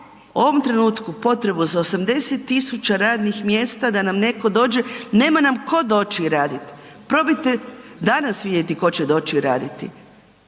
ovom trenutku potrebu za 80 tisuća radnih mjesta da nam netko dođe, nema nam tko doći raditi. Probajte danas vidjeti tko će doći raditi.